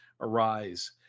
arise